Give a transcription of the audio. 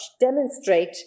demonstrate